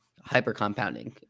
hyper-compounding